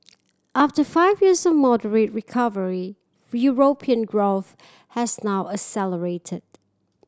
after five years of moderate recovery European growth has now accelerated